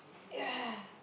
ya